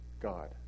God